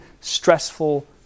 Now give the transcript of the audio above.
stressful